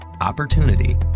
opportunity